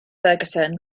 ferguson